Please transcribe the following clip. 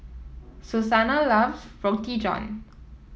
Susanna loves Roti John